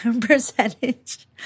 percentage